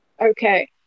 okay